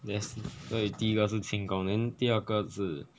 there's 所以第一个是轻功 then 第二个是